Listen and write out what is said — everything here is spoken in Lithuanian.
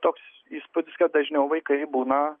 toks įspūdis kad dažniau vaikai būna